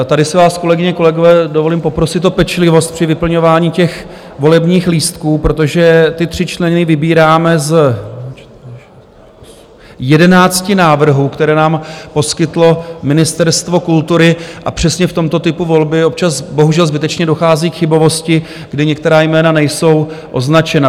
Tady si vás kolegyně, kolegové, dovolím poprosit o pečlivost při vyplňování volebních lístků, protože ty tři členy vybíráme z 11 návrhů, které nám poskytlo Ministerstvo kultury, a přesně v tomto typu volby občas bohužel zbytečně dochází k chybovosti, kdy některá jména nejsou označena.